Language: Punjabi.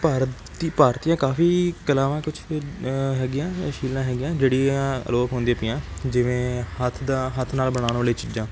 ਭਾਰਤ ਦੀ ਭਾਰਤ ਦੀਆਂ ਕਾਫ਼ੀ ਕਲਾਵਾਂ ਕੁਛ ਹੈਗੀਆਂ ਸ਼ੀਲਾਂ ਹੈਗੀਆਂ ਜਿਹੜੀਆਂ ਅਲੋਪ ਹੁੰਦੀਆਂ ਪਈਆਂ ਜਿਵੇਂ ਹੱਥ ਦਾ ਹੱਥ ਨਾਲ ਬਣਾਉਣ ਵਾਲੀਆਂ ਚੀਜ਼ਾਂ